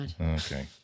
Okay